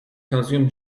consume